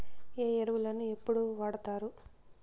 ఏ ఎరువులని ఎప్పుడు వాడుతారు?